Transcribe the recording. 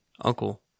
uncle